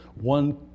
One